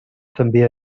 també